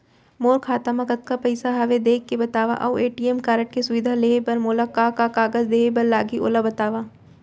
मोर खाता मा कतका पइसा हवये देख के बतावव अऊ ए.टी.एम कारड के सुविधा लेहे बर मोला का का कागज देहे बर लागही ओला बतावव?